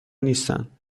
نیستند